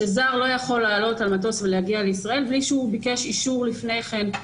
שזר לא יכול לעלות על מטוס ולהגיע לישראל לי שהוא ביקש אישור לפני כן,